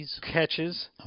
catches